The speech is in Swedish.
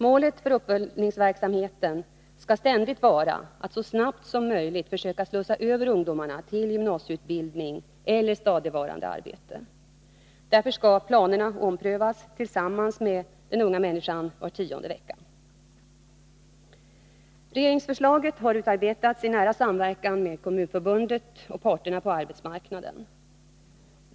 Målet för uppföljningsverksamheten skall ständigt vara att så snabbt som möjligt försöka slussa över ungdomarna till gymnasieutbildning eller stadigvarande arbete. Därför skall planerna omprövas tillsammans med den unga människan var tionde vecka. Regeringsförslaget har utarbetats i nära samverkan med Kommunförbundet och parterna på arbetsmarknaden.